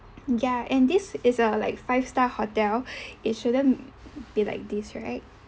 ya and this is a like five star hotel it shouldn't be like this right